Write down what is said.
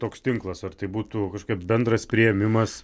toks tinklas ar tai būtų kažkokia bendras priėmimas